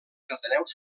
ateneus